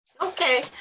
Okay